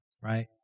right